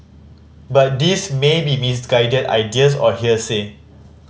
but these may be misguided ideas or hearsay